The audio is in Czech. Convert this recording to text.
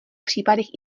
případech